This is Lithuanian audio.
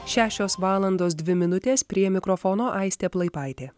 šešios valandos dvi minutės prie mikrofono aistė plaipaitė